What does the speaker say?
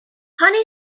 honey